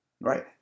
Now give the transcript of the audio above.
right